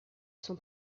sont